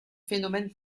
phénomènes